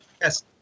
Yes